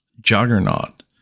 juggernaut